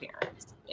parents